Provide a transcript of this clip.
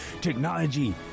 Technology